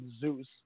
Zeus